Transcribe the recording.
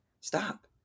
Stop